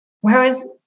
whereas